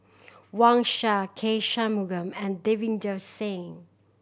Wang Sha K Shanmugam and Davinder Singh